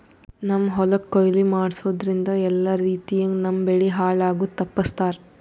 ನಮ್ಮ್ ಹೊಲಕ್ ಕೊಯ್ಲಿ ಮಾಡಸೂದ್ದ್ರಿಂದ ಎಲ್ಲಾ ರೀತಿಯಂಗ್ ನಮ್ ಬೆಳಿ ಹಾಳ್ ಆಗದು ತಪ್ಪಸ್ತಾರ್